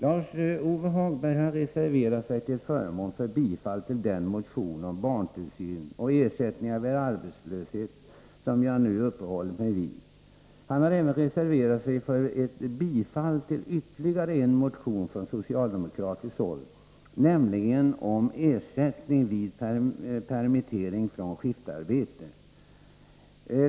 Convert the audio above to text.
Lars-Ove Hagberg har reserverat sig till förmån för bifall till den motion om barntillsyn och ersättningar vid arbetslöshet som jag nu uppehållit mig vid. Han har även reserverat sig för bifall till ytterligare en motion från socialdemokratiskt håll, nämligen den om ersättning vid permitteringar från skiftarbete.